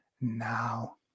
now